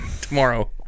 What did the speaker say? tomorrow